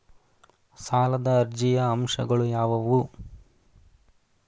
ಸಾಲದ ಅರ್ಜಿಯ ಅಂಶಗಳು ಯಾವುವು?